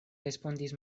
respondis